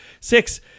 Six